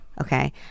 okay